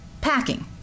Packing